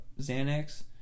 xanax